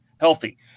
healthy